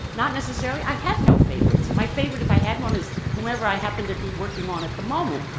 not necessarily. i have no favorites. my favorite if i had one is whomever i happen to be working on at the moment,